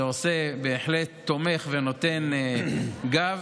שבהחלט תומך ונותן גב,